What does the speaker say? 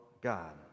God